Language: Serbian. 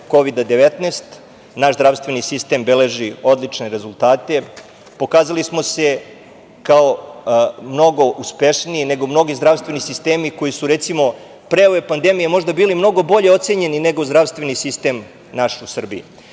Kovida-19 naš zdravstveni sistem beleži odlične rezultate, pokazali smo se kao mnogo uspešniji nego mnogi zdravstveni sistemi koji su pre ove pandemije možda bili mnogo bolji ocenjeni nego zdravstveni sistem u Srbiji. Kada